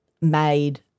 made